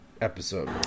episode